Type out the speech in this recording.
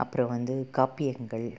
அப்புறம் வந்து காப்பியங்கள்